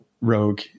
rogue